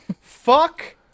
Fuck